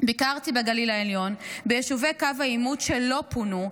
ביקרתי בגליל העליון ביישובי קו העימות שלא פונו,